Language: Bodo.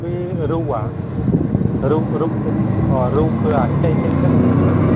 बे रौवा रौ रौ अ रौखो आसि थाइनै थाइनै जानाय मोनगोन नामा